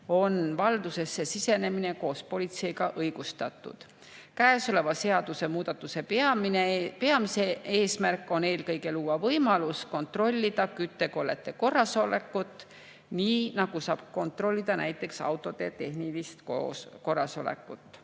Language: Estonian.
on valdusesse sisenemine koos politseiga õigustatud. Käesoleva seadusemuudatuse peamine eesmärk on eelkõige luua võimalus kontrollida küttekollete korrasolekut, nii nagu saab kontrollida näiteks autode tehnilist korrasolekut.